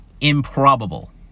improbable